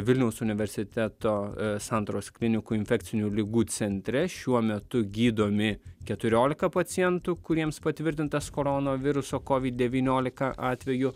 vilniaus universiteto santaros klinikų infekcinių ligų centre šiuo metu gydomi keturiolika pacientų kuriems patvirtintas koronaviruso covid devyniolika atvejų